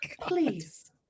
please